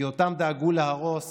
כי אותם דאגו להרוס